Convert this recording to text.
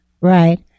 Right